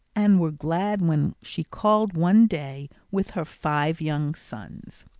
and were glad when she called one day with her five young sons.